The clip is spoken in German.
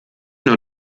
nur